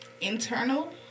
Internal